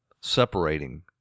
separating